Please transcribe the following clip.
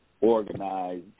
organized